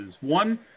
One